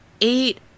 eight